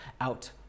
out